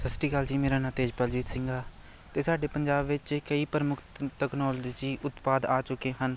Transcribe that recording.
ਸਤਿ ਸ਼੍ਰੀ ਅਕਾਲ ਜੀ ਮੇਰਾ ਨਾਮ ਤੇਜਪਾਲਜੀਤ ਸਿੰਘ ਆ ਅਤੇ ਸਾਡੇ ਪੰਜਾਬ ਵਿੱਚ ਕਈ ਪ੍ਰਮੁੱਖ ਟੈਕਨੋਲਜੀ ਉਤਪਾਦ ਆ ਚੁੱਕੇ ਹਨ